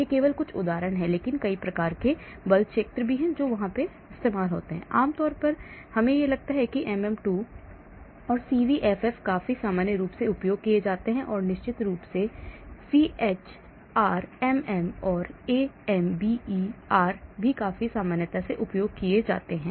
ये केवल कुछ उदाहरण हैं लेकिन कई प्रकार के बल क्षेत्र हैं जो वहां हैं आम तौर पर मुझे लगता है कि एमएम 2 सीवीएफएफ काफी सामान्य रूप से उपयोग किए जाते हैं और निश्चित रूप से सीएचआरएमएम और एएमबीईआर भी काफी सामान्यतः उपयोग किए जाते हैं